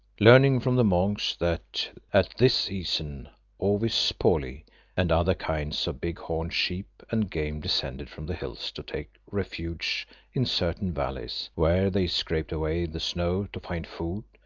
learning from the monks that at this season ovis poli and other kinds of big-horned sheep and game descended from the hills to take refuge in certain valleys, where they scraped away the snow to find food,